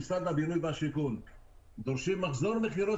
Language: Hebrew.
במשרד הבינוי והשיכון דורשים מחזור מכירות